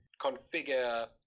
configure